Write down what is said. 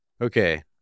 okay